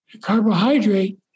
Carbohydrate